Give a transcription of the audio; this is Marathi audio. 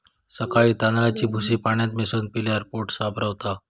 सकाळी तांदळाची भूसी पाण्यात मिसळून पिल्यावर पोट साफ रवता